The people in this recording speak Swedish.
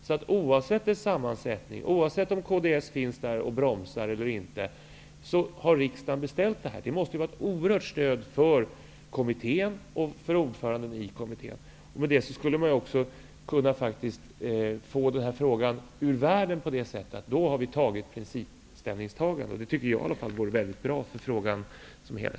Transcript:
Oavsett regeringens sammansättning, dvs. om kds finns där och bromsar eller inte, har riksdagen då beställt en lag. Det måste vara ett oerhört stöd för kommittén och för ordföranden i kommittén. På det sättet skulle man också kunna få denna fråga ur världen. Jag tycker att det vore bra för frågan i sin helhet om vi gjorde ett principställningstagande.